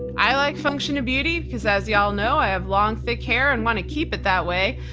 i like function of beauty, because as you all know i have long thick hair and want to keep it that way,